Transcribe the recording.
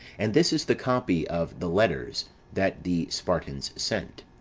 and this is the copy of the letters that the spartans sent.